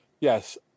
Yes